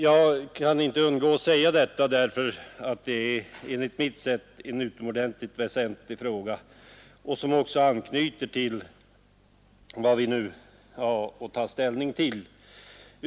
Jag kan inte underlåta att säga detta därför att det enligt mitt sätt att se är en utomordentligt väsentlig fråga som också anknyter till vad vi nu har att ta ställning till.